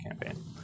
campaign